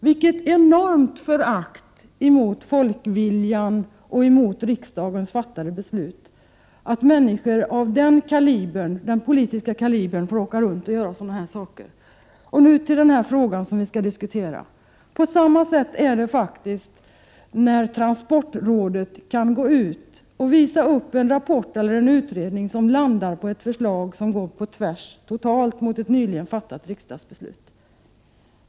Vilket enormt förakt mot folkviljan och mot riksdagens fattade beslut, när människor av den politiska kalibern kan få åka runt och säga sådana saker! Men nu till den fråga som vi skall diskutera. På samma sätt är det när transportrådet kan gå ut och visa upp en rapport eller en utredning som landar på ett förslag som totalt går på tvärs mot ett nyligen fattat riksdagsbeslut.